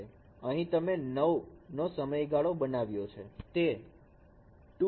અહીં તમે 9 નો સમયગાળો બનાવ્યો